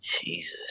Jesus